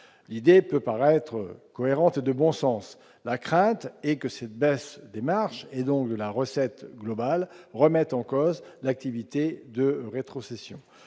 l'idée peut paraître cohérente de bon sens, la crainte est que cette baisse des marchés et donc de la recette globale remettent en cause l'activité de rétrocession